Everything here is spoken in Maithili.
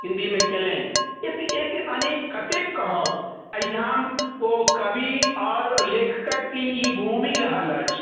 हिन्दीमे कयलनि एतेक एतेक अनेक कतेक कहब एहिठाम ओ कबि आओर लेखककके ई भूमि रहल अछि